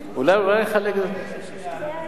אולי נחלק, להוריד את הבלו, אני אגיד לך,